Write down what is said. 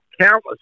countless